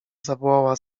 zawołała